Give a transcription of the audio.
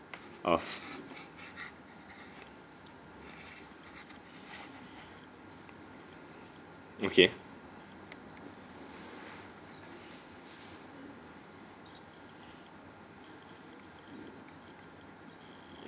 uh okay